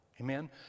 Amen